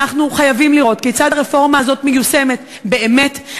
אנחנו חייבים לראות כיצד הרפורמה הזאת מיושמת באמת.